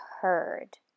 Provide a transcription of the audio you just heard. heard